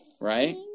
Right